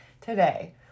today